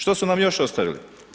Što su nam još ostavili?